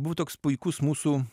buvo toks puikus mūsų